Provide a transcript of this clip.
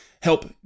help